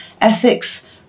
Ethics